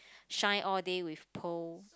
shine all day with poll